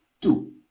Two